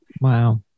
Wow